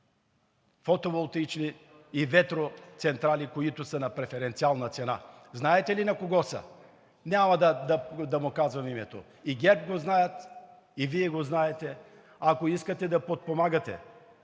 фотоволтаични и ветроцентрали, които са на преференциална цена. Знаете ли на кого са? Няма да му казвам името – и ГЕРБ го знаят, и Вие го знаете. Ако искате да подпомагате